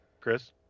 Chris